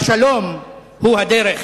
השלום הוא הדרך.